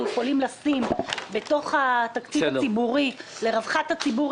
יכולים לשים בתוך התקציב הציבורי ולרווחתו,